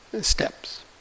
steps